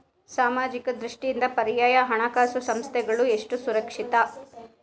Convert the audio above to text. ಸಾಮಾಜಿಕ ದೃಷ್ಟಿಯಿಂದ ಪರ್ಯಾಯ ಹಣಕಾಸು ಸಂಸ್ಥೆಗಳು ಎಷ್ಟು ಸುರಕ್ಷಿತ?